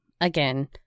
Again